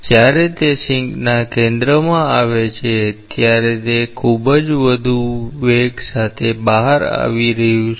જ્યારે તે સિંકના કેન્દ્રમાં આવે છે ત્યારે તે ખૂબ જ વધુ વેગ સાથે બહાર આવી રહ્યું છે